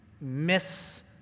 miss